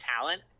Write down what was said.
talent